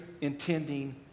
intending